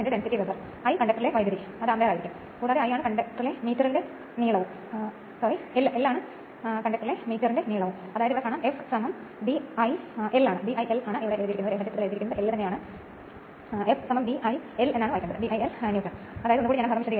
അതിനാൽ 3 phase magnetic field സൃഷ്ടിച്ചയുടനെ transformer പോലെ ചോർച്ച പ്രതിരോധത്തെയും പ്രതിപ്രവർത്തനത്തെയും അവഗണിക്കുകയാണെങ്കിൽ ഓരോ സ്ഥലത്തും സ്റ്റേറ്റർ winding വോൾട്ടേജും ഉണ്ടാകുന്നു